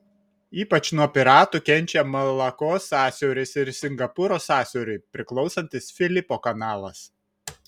ypač nuo piratų kenčia malakos sąsiauris ir singapūro sąsiauriui priklausantis filipo kanalas